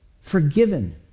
forgiven